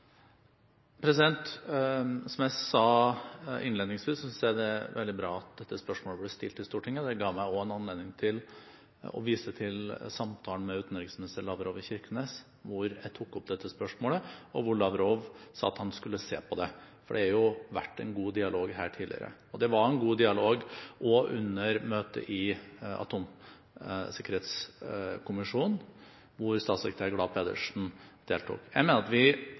Som jeg sa innledningsvis, synes jeg det er veldig bra at dette spørsmålet blir stilt i Stortinget. Det ga meg også en anledning til å vise til samtalen med utenriksminister Lavrov i Kirkenes, hvor jeg tok opp dette spørsmålet, og hvor Lavrov sa at han skulle se på det. Det har vært en god dialog her tidligere. Det var en god dialog også under møtet i atomsikkerhetskommisjonen, hvor statssekretær Glad Pedersen deltok. Jeg mener at vi